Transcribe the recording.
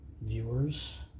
viewers